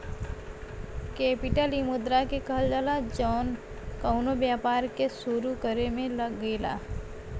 capital इ मुद्रा के कहल जाला जौन कउनो व्यापार के सुरू करे मे लगेला